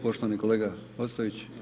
Poštovani kolega Ostojić.